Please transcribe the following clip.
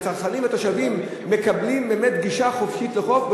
הצרכנים והתושבים מקבלים באמת גישה חופשית לחוף,